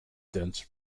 dense